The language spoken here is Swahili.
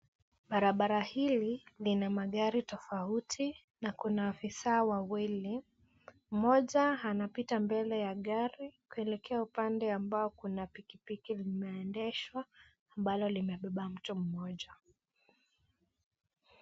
Barabara hili lina magari tofauti na kuna afisa wawili, mmoja anapita mbele ya gari kuelekea upande ambao kuna pikipiki linaendeshwa ambalo limebeba mtu mmoja.